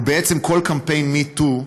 בעצם, עם כל קמפיין Me Too,